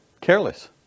careless